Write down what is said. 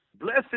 blessed